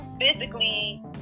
physically